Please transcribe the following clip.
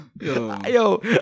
Yo